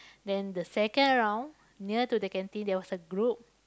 then the second round near to the canteen there was a group